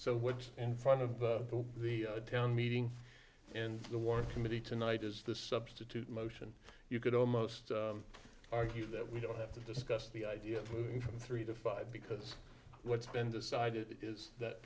so what's in front of the town meeting in the ward committee tonight is the substitute motion you could almost argue that we don't have to discuss the idea of moving from three to five because what's been decided is that